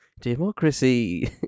democracy